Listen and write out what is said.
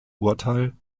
urteil